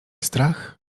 strach